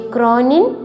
Cronin